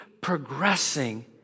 progressing